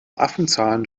affenzahn